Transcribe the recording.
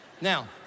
Now